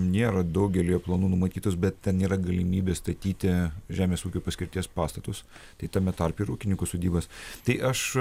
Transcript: nėra daugelyje planų numatytos bet ten nėra galimybės statyti žemės ūkio paskirties pastatus tai tame tarpe ir ūkininkų sodybas tai aš